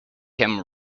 him